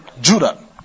Judah